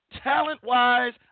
Talent-wise